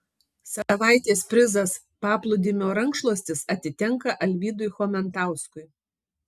savaitės prizas paplūdimio rankšluostis atitenka alvydui chomentauskui